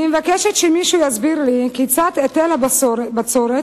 אני מבקשת שמישהו יסביר לי כיצד היטל הבצורת,